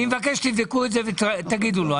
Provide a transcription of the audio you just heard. אני מבקש שתבדקו את זה ותגידו לו.